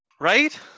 Right